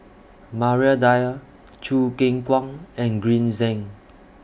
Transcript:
Maria Dyer Choo Keng Kwang and Green Zeng